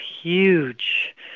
huge